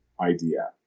idea